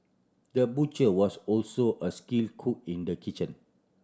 the butcher was also a skill cook in the kitchen